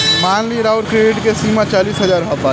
मान ली राउर क्रेडीट के सीमा चालीस हज़ार बावे